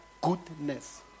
Goodness